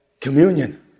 communion